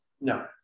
No